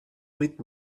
vuit